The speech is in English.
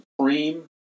supreme